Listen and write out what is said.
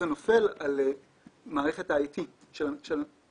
זה מערכת גירעונית שמתחילה מראש בחסר,